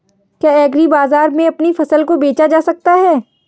क्या एग्रीबाजार में अपनी फसल को बेचा जा सकता है?